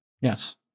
Yes